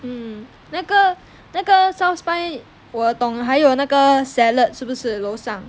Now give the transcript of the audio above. um 那个那个 south spine 我懂还有那个 salad 是不是楼上